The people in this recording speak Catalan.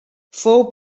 fou